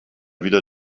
wieder